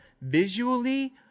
Visually